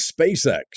SpaceX